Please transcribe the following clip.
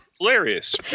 hilarious